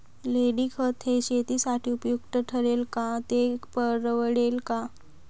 लेंडीखत हे शेतीसाठी उपयुक्त ठरेल का, ते परवडेल का?